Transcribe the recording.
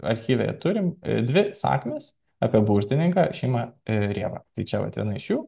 archyve turim dvi sakmės apie burtininką šimą rievą tai čia vat viena iš jų